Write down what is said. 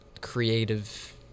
creative